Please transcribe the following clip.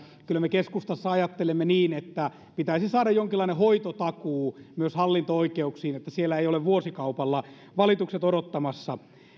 kyllä me keskustassa ajattelemme niin että pitäisi saada jonkinlainen hoitotakuu myös hallinto oikeuksiin ettei siellä ole vuosikaupalla valitukset odottamassa